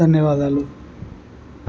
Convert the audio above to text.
ధన్యవాదాలు